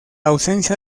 ausencia